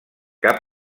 cap